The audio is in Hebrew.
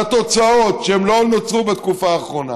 אבל התוצאות, שהן לא נוצרו בתקופה האחרונה,